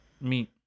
meat